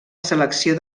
selecció